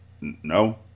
No